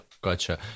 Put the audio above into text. gotcha